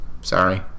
sorry